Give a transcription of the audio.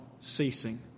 ceasing